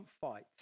fight